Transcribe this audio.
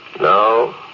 No